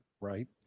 right